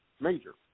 major